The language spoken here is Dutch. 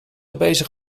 bezig